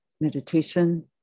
meditation